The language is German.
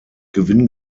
gewinn